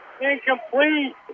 Incomplete